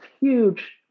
huge